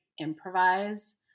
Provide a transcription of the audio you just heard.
improvise